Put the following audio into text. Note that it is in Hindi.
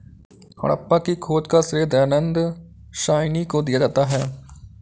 हड़प्पा की खोज का श्रेय दयानन्द साहनी को दिया जाता है